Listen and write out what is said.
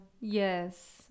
Yes